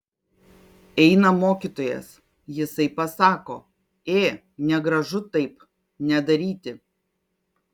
eina mokytojas jisai pasako ė negražu taip nedaryti